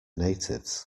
natives